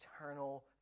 eternal